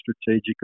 strategic